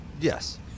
Yes